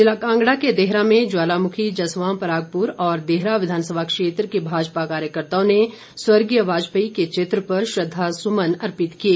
जिला कांगड़ा के देहरा में ज्वालामुखी जसवां परागपुर और देहरा विधानसभा क्षेत्र के भाजपा कार्यकर्त्ताओं ने स्वर्गीय वाजपेयी के चित्र पर श्रद्धासुमन अर्पित किए